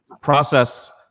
process